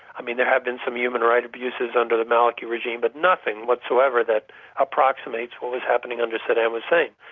i mean, there have been some human rights abuses under the maliki regime, but nothing whatsoever that approximates what was happening under saddam hussein.